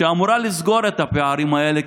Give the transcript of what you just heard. שאמורה לסגור את הפערים האלה?